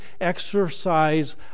exercise